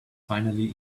finally